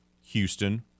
Houston